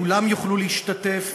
כולם יוכלו להשתתף,